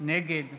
נגד